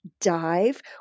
Dive